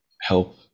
help